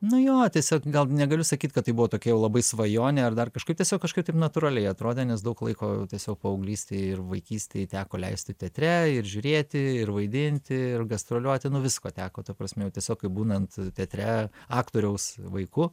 nu jo tiesiog gal negaliu sakyt kad tai buvo tokie jau labai svajonė ar dar kažkaip tiesiog kažkaip taip natūraliai atrodė nes daug laiko tiesiog paauglystėj ir vaikystėj teko leisti teatre ir žiūrėti ir vaidinti ir gastroliuoti nu visko teko ta prasme jau tiesiog kai būnant teatre aktoriaus vaiku